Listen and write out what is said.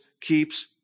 keeps